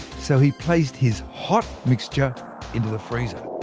so he placed his hot mixture into the freezer.